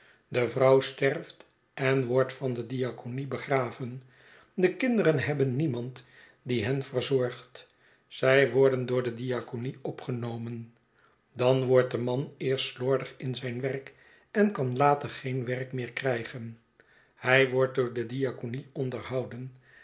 de vrouw sterft en wordt van de diaconie begraven de kinderen hebben niemand die hen verzorgt zij worden door de diaconie opgenomen dan wordt de man eerst slordig in zijn werk en kan later geen werk meer krijgen hij wordt door de diaconie onderhouden